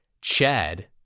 Chad